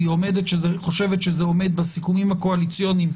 והיא חושבת שזה עומד בסיכומים הקואליציוניים,